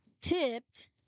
tipped